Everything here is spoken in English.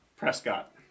Prescott